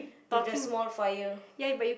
with the small fire